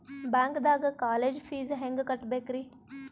ಬ್ಯಾಂಕ್ದಾಗ college fees ಹೆಂಗ್ ಕಟ್ಟ್ಬೇಕ್ರಿ?